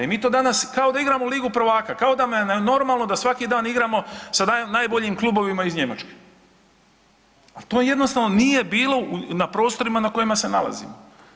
I mi to danas kao da igramo Ligu prvaka, kao da nam je normalno da svaki dan igramo sa najboljim klubovima iz Njemačke, ali to jednostavno nije bilo na prostorima na kojima se nalazimo.